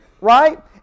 right